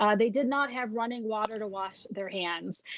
um they did not have running water to wash their hands.